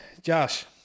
Josh